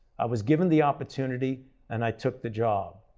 i was given the opportunity and i took the job.